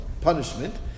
punishment